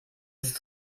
ist